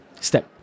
step